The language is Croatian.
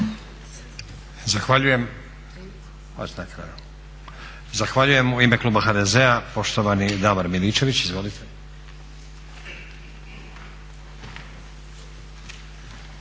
Zahvaljujem. U ime kluba HDZ-a poštovani Davor Miličević. Izvolite.